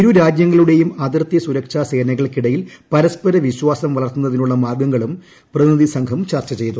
ഇരു രാജ്യങ്ങളുടേയും അതിർത്തി സുരക്ഷാ സേനകൾക്കിടയിൽ പരസ്പര വിശ്വാസം വളർത്തുന്നതിനുള്ള മാർഗ്ഗങ്ങളും പ്രതിനിധി സംഘം ചർച്ചു ചെയ്തു